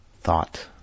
Thought